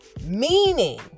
meaning